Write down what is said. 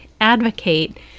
advocate